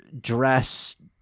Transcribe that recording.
dress